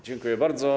Dziękuję bardzo.